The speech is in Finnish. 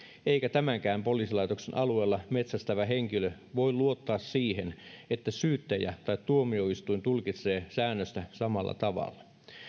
eikä tämänkään poliisilaitoksen alueella metsästävä henkilö voi luottaa siihen että syyttäjä tai tuomioistuin tulkitsee säännöstä samalla tavalla